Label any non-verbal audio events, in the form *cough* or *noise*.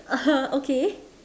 *noise* okay